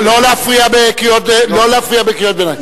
לא להפריע בקריאות ביניים.